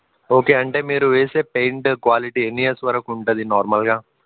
okay అంటే మీరు వేసే పెయింట్ క్వాలిటీ ఎన్ని ఇయర్స్ వరకు ఉంటుంది నార్మల్గా